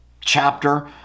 chapter